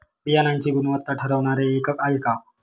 बियाणांची गुणवत्ता ठरवणारे एकक आहे का?